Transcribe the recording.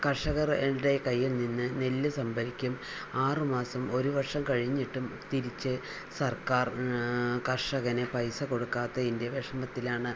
കർഷകരുടെ കയ്യിൽ നിന്ന് നെല്ല് സംഭരിക്കും ആറു മാസം ഒരു വർഷം കഴിഞ്ഞിട്ടും തിരിച്ച് സർക്കാർ കർഷകന് പൈസ കൊടുക്കാത്തതിന്റെ വിഷമത്തിലാണ്